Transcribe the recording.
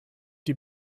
die